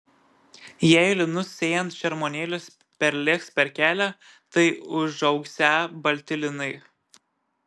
jei linus sėjant šermuonėlis perlėks per kelią tai užaugsią balti linai